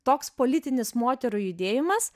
toks politinis moterų judėjimas